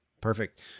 perfect